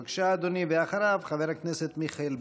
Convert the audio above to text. בבקשה, אדוני, ואחריו, חבר הכנסת מיכאל ביטון.